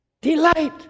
delight